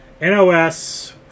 NOS